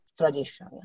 tradition